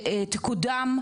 שתקודם,